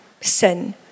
sin